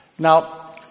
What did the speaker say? Now